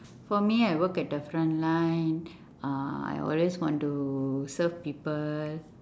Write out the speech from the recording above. for me I work at the front line uh I always want to serve people